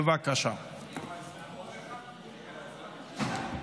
שנייה ושלישית.